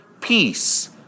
peace